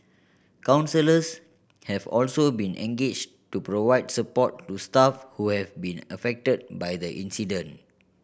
counsellors have also been engaged to provide support to staff who have been affected by the incident